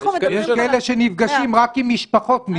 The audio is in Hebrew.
יש כאלה שנפגשים רק עם משפחות מצד אחד.